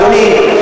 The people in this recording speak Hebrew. אדוני,